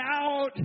out